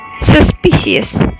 suspicious